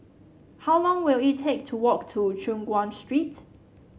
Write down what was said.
how long will it take to walk to Choon Guan Street